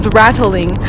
rattling